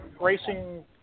racing